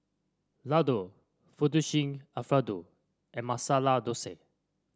Ladoo Fettuccine Alfredo and Masala Dosa